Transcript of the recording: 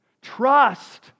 Trust